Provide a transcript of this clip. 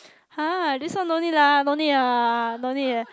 !huh! this one no need lah no need lah no need leh